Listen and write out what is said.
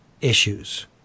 issues